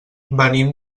venim